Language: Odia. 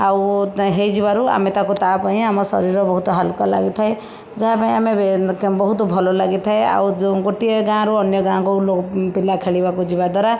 ଆଉ ହୋଇଯିବାରୁ ଆମେ ତାକୁ ତା'ପାଇଁ ଆମ ଶରୀର ବହୁତ ହାଲୁକା ଲାଗିଥାଏ ଯାହାପାଇଁ ଆମେ ବହୁତ ଭଲ ଲାଗିଥାଏ ଆଉ ଯେଉଁ ଗୋଟିଏ ଗାଁରୁ ଅନ୍ୟ ଗାଁକୁ ଲୋ ପିଲା ଖେଳିବାକୁ ଯିବାଦ୍ୱାରା